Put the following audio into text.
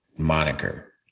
moniker